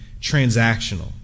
transactional